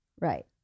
right